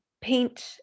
paint